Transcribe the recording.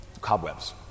cobwebs